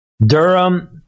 Durham